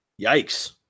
yikes